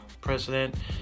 president